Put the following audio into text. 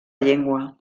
llengua